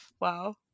Wow